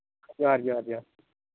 ᱡᱚᱦᱟᱨ ᱡᱚᱦᱟᱨ ᱡᱚᱦᱟᱨ